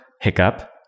Hiccup